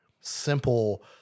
simple